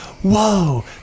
whoa